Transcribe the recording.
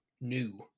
new